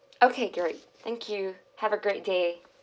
okay great thank you have a great day